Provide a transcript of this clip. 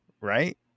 Right